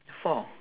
four